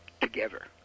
together